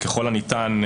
ככל הניתן,